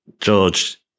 George